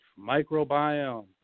microbiome